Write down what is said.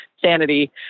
sanity